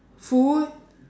food